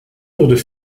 lourdes